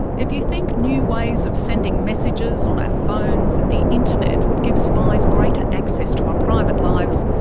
if you think new ways of sending messages on our phones and the internet would give spies greater access to our private lives,